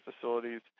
facilities